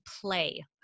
play